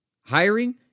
Hiring